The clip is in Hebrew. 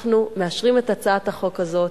אנחנו מאשרים את הצעת החוק הזאת,